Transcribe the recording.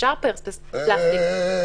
אפשר פרספקס או פלסטיק.